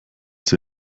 sie